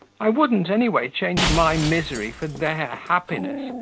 i wouldn't, any way, change my misery for their happiness.